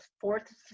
fourth